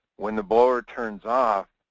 when the blower turns off,